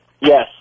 Yes